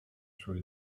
through